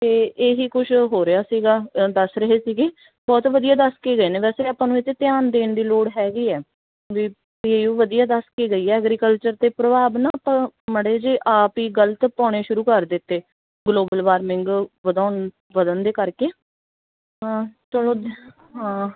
ਅਤੇ ਇਹੀ ਕੁਛ ਹੋ ਰਿਹਾ ਸੀਗਾ ਦੱਸ ਰਹੇ ਸੀਗੇ ਬਹੁਤ ਵਧੀਆ ਦੱਸ ਕੇ ਗਏ ਨੇ ਵੈਸੇ ਆਪਾਂ ਨੂੰ ਇਹ 'ਤੇ ਧਿਆਨ ਦੇਣ ਦੀ ਲੋੜ ਹੈਗੀ ਹੈ ਵੀ ਪੀ ਏ ਯੂ ਵਧੀਆ ਦੱਸ ਕੇ ਗਈ ਆ ਐਗਰੀਕਲਚਰ 'ਤੇ ਪ੍ਰਭਾਵ ਨਾ ਆਪਾਂ ਮਾੜੇ ਜੇ ਆਪ ਹੀ ਗਲਤ ਪਾਉਣੇ ਸ਼ੁਰੂ ਕਰ ਦਿੱਤੇ ਗਲੋਬਲ ਵਾਰਮਿੰਗ ਵਧਾਉਣ ਵਧਣ ਦੇ ਕਰਕੇ ਚਲੋ ਹਾਂ